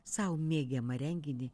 sau mėgiamą renginį